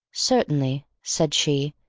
certainly, said she,